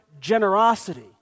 generosity